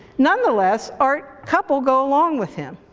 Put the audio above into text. nonetheless, our couple go along with him.